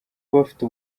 bafite